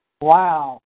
Wow